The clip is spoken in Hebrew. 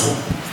סינתזה,